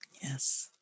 Yes